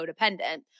codependent